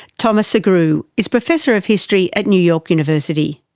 thomas sugrue is professor of history at new york university.